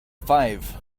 five